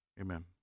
Amen